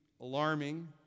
alarming